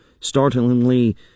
startlingly